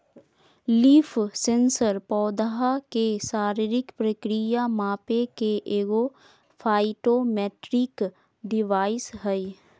leaf sensor पौधा के शारीरिक प्रक्रिया मापे के एगो फाइटोमेट्रिक डिवाइस हइ